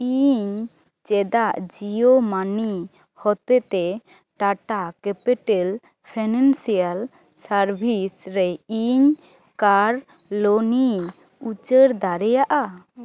ᱤᱧ ᱪᱮᱫᱟᱜ ᱡᱤᱭᱳ ᱢᱟᱹᱱᱤ ᱦᱚᱛᱮ ᱛᱮ ᱴᱟᱴᱟ ᱠᱮᱯᱤᱴᱮᱞ ᱯᱷᱟᱭᱱᱮᱱᱥᱤᱭᱟᱞ ᱥᱟᱨᱵᱷᱤᱥ ᱨᱮ ᱤᱧ ᱠᱟᱨ ᱞᱳᱱ ᱤᱧ ᱩᱪᱟᱹᱲ ᱫᱟᱲᱮᱭᱟᱜᱼᱟ